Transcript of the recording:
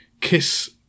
kiss